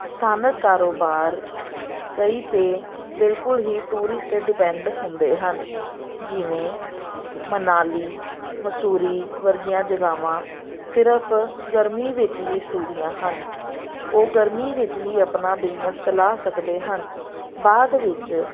ਸਥਾਨਕ ਕਾਰੋਬਾਰ ਕਈ ਤਾਂ ਬਿਲਕੁਲ ਹੀ ਟੂਰਿਸਟ 'ਤੇ ਡਿਪੈਂਡ ਹੁੰਦੇ ਹਨ ਜਿਵੇਂ ਮਨਾਲੀ ਮਸੂਰੀ ਵਰਗੀਆਂ ਜਗਾਵਾਂ ਸਿਰਫ਼ ਗਰਮੀ ਵਿੱਚ ਹੀ ਖੁੱਲਦੀਆਂ ਹਨ ਉਹ ਗਰਮੀ ਵਿੱਚ ਹੀ ਆਪਣਾ ਬਿਜ਼ਨਸ ਚਲਾ ਸਕਦੇ ਹਨ ਬਾਅਦ ਵਿੱਚ